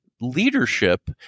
leadership